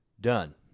Done